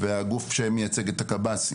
הגוף שמייצג את הקב"סים.